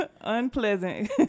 unpleasant